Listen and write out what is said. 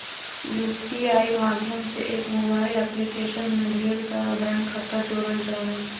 UPI माध्यम से एक मोबाइल एप्लीकेशन में ढेर सारा बैंक खाता जोड़ल जा हय